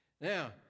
Now